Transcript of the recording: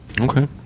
Okay